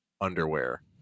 underwear